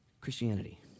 christianity